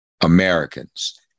americans